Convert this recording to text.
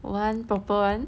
one proper one